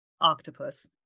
octopus